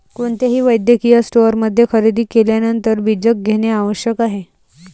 कोणत्याही वैद्यकीय स्टोअरमध्ये खरेदी केल्यानंतर बीजक घेणे आवश्यक आहे